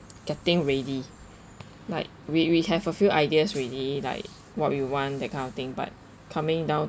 getting ready like we we have a few ideas already like what we want that kind of thing but coming down